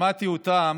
שמעתי אותם,